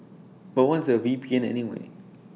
but once A V P N anyway